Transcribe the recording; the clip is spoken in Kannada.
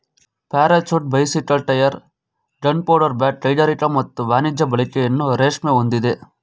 parachute bicycle tyre gunpowder bag ಕೈಗಾರಿಕಾ ಮತ್ತು ವಾಣಿಜ್ಯ ಬಳಕೆಯನ್ನು ರೇಷ್ಮೆ ಹೊಂದಿದೆ